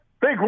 Big